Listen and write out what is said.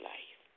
Life